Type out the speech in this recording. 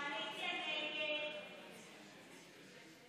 ההסתייגות (10) של חבר הכנסת